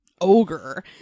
ogre